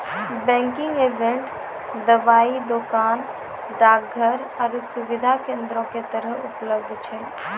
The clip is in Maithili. बैंकिंग एजेंट दबाइ दोकान, डाकघर आरु सुविधा केन्द्रो के तरह उपलब्ध छै